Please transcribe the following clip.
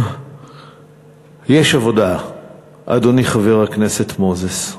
יש עבודה, אדוני חבר הכנסת מוזס.